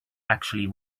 actually